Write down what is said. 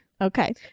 Okay